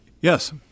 Yes